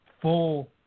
full